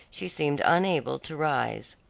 she seemed unable to rise.